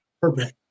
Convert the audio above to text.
perfect